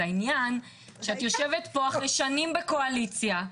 זה העניין שאת יושבת פה אחרי שנים בקואליציה,